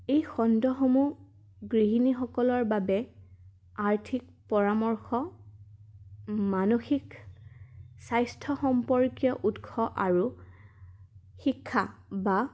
এই খণ্ডসমূহ গৃহিণীসকলৰ বাবে আৰ্থিক পৰামৰ্শ মানসিক স্বাস্থ্য সম্পৰ্কীয় উৎস আৰু শিক্ষা বা